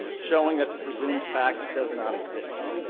showing that the presumed fact does not exist.